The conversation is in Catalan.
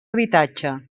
habitatge